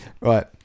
Right